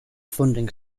funding